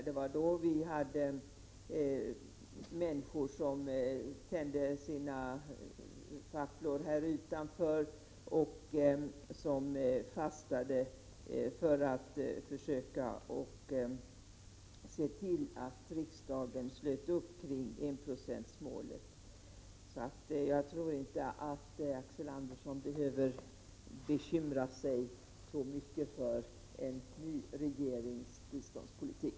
Det var då människor tände sina facklor härutanför och fastade för att försöka se till att riksdagen slöt upp kring enprocentsmålet. Jag tror inte att Axel Andersson behöver bekymra sig så mycket för en ny regerings biståndspolitik.